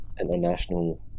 international